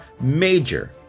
major